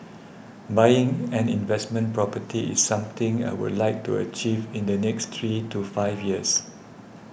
buying an investment property is something I would like to achieve in the next three to five years